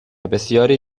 بسیاری